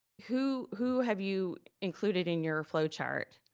who who have you included in your flowchart?